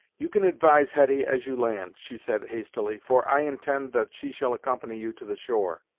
you can advise hetty as you land, she said hastily, for i intend that she shall accompany you to the shore.